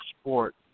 sport